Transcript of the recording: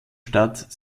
stadt